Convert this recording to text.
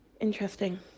Interesting